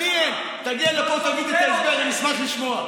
תגיע לפה, תגיד את ההסבר, אני אשמח לשמוע.